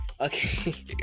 okay